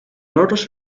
murders